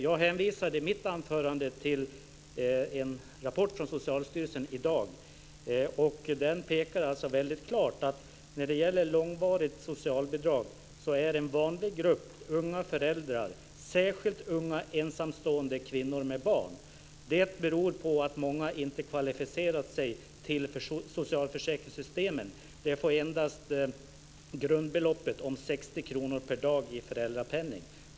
Jag hänvisade i mitt anförande till en rapport från Socialstyrelsen i dag, och den pekar väldigt klart på att en vanlig grupp när det gäller långvarigt socialbidrag är unga föräldrar, särskilt unga ensamstående kvinnor med barn. Det beror på att många inte har kvalificerat sig till socialförsäkringssystemen och endast får grundbeloppet om 60 kr per dag i föräldrapenning.